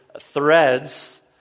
threads